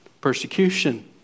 Persecution